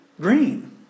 green